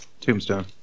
Tombstone